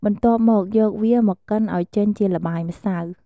បន្ទាប់់មក យកវាមកកិនឱ្យចេញជាល្បាយម្សៅ។